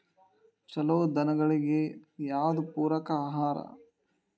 ಛಲೋ ದನಗಳಿಗೆ ಯಾವ್ದು ಪೂರಕ ಆಹಾರ?